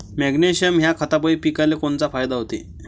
Magnesium ह्या खतापायी पिकाले कोनचा फायदा होते?